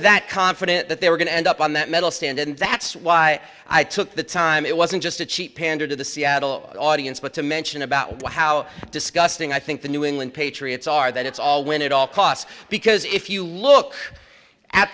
that confident that they were going to end up on that medal stand and that's why i took the time it wasn't just a cheap pander to the seattle audience but to mention about how disgusting i think the new england patriots are that it's all win at all costs because if you look at